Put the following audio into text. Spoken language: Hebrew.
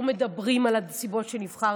לא מדברים על הנסיבות שנבחרתם,